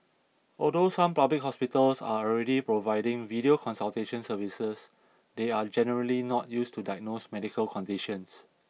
although some public hospitals are already providing video consultation services they are generally not used to diagnose medical conditions